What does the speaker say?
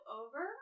over